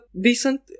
decent